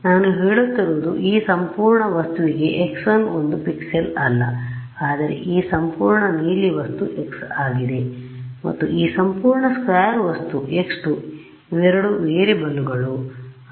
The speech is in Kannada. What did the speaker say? ಆದ್ದರಿಂದ ನಾನು ಹೇಳುತ್ತಿರುವುದು ಈ ಸಂಪೂರ್ಣ ವಸ್ತುವಿಗೆ x1 ಒಂದು ಪಿಕ್ಸೆಲ್ ಅಲ್ಲ ಆದರೆ ಈ ಸಂಪೂರ್ಣ ನೀಲಿ ವಸ್ತು x ಆಗಿದೆ ಮತ್ತು ಈ ಸಂಪೂರ್ಣ ಸ್ಕ್ವಾರ್ ವಸ್ತು x2 ಇವೆರಡು ವೇರೀಯೇಬಲ್ ಗಳು variables